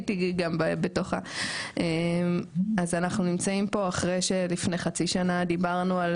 אז אנחנו נמצאים פה אחרי שלפני חצי שנה דיברנו על